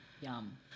Yum